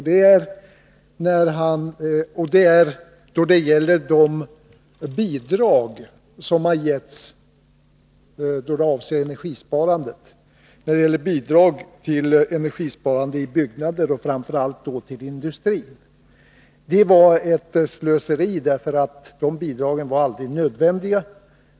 Det är beträffande de bidrag som har getts och som avser energisparande i byggnader, och framför allt till "industrin. Det var slöseri, för de bidragen var aldrig nödvändiga.